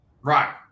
Right